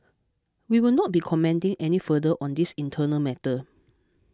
we will not be commenting any further on this internal matter